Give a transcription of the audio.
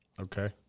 Okay